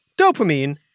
dopamine